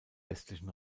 westlichen